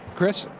chris,